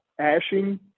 ashing